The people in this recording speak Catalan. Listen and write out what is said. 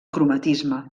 cromatisme